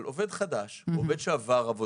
אבל עובד חדש אין לו.